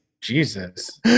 jesus